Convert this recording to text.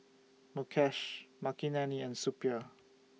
Mukesh Makineni and Suppiah